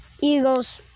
Eagles